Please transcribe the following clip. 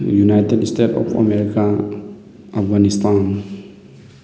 united state of America Afghanistan